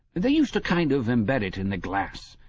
they used to kind of embed it in the glass.